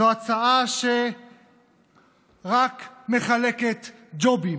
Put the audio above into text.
זו הצעה שרק מחלקת ג'ובים.